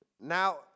now